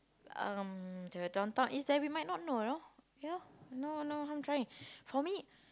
um the Downtown East there we might not know you know you know no no harm trying for me